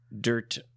dirt